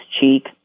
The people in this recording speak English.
cheek